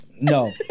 no